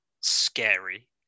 scary